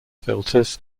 filters